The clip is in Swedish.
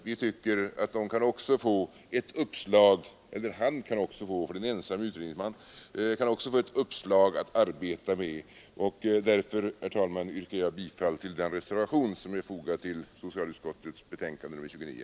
Vi tycker att den — eller han, för det är en ensam utredningsman — också kan få ett uppslag att arbeta med. Därför, herr talman, yrkar jag bifall till den reservation som är fogad till socialutskottets betänkande nr 29.